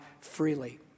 freely